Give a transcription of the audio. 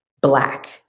Black